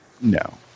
No